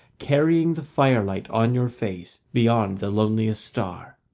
carrying the firelight on your face beyond the loneliest star.